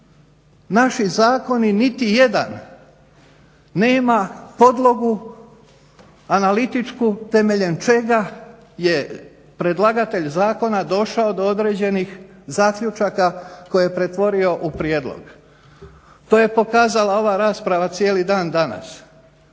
Naši zakoni niti jedan nema podlogu analitičku temeljem čega je predlagatelj zakona došao do određenih zaključaka koje je pretvorio u prijedlog. To je pokazala ova rasprava cijeli dan danas.